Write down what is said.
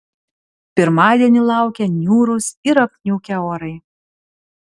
pirmadienį laukia niūrūs ir apniukę orai